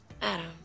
Adam